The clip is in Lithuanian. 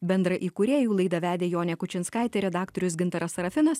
bendraįkūrėjų laidą vedė jonė kučinskaitė redaktorius gintaras sarafinas